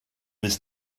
was